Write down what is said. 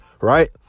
right